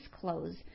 clothes